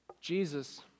Jesus